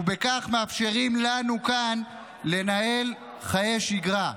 ובכך מאפשרים לנו כאן לנהל חיי שגרה מסוימים.